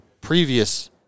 previous